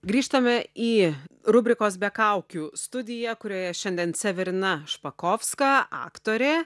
grįžtame į rubrikos be kaukių studiją kurioje šiandien severina špakovska aktorė